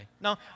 No